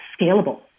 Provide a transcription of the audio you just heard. scalable